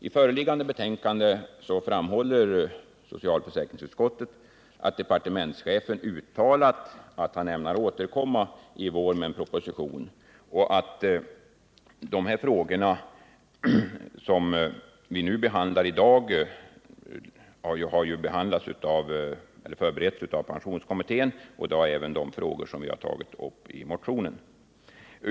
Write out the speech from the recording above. I föreliggande betänkande framhåller socialförsäkringsutskottet att departementschefen uttalat att han ämnar återkomma i vår med en proposition. De frågor som vi behandlar i dag har förberetts av pensionskommittén, och det har även de frågor som vi tagit upp i motionerna.